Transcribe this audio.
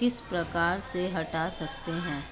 किस प्रकार से हटा सकते हैं?